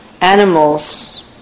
Animals